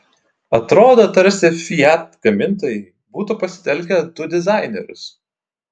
atrodo tarsi fiat gamintojai būtų pasitelkę du dizainerius